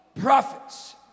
prophets